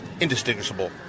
indistinguishable